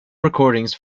recordings